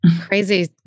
crazy